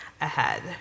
ahead